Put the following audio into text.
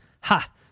Ha